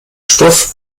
stoff